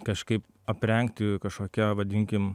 kažkaip aprengti kažkokia vadinkim